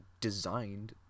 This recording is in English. designed